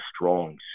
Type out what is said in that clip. strong